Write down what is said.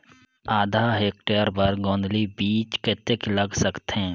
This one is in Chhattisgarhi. आधा हेक्टेयर बर गोंदली बीच कतेक लाग सकथे?